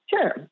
Sure